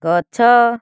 ଗଛ